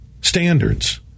standards